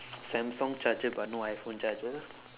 samsung charger but no iphone charger